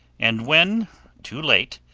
and when too late,